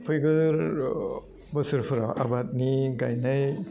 फैगोर र' बोसोरफ्रा आबादनि गायनाइ